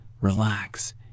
relax